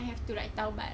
I have to write taubat